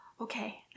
Okay